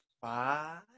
five